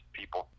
people